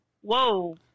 whoa